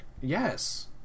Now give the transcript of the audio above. yes